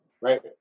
right